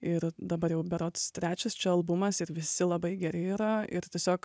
ir dabar jau berods trečias čia albumas ir visi labai geri yra ir tiesiog